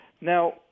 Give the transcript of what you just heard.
Now